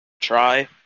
try